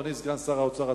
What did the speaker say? אדוני סגן שר האוצר,